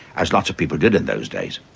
as lots of people did in those days,